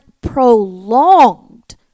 prolonged